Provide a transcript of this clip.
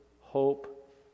hope